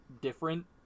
different